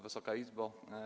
Wysoka Izbo!